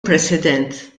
president